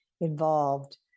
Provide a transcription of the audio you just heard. involved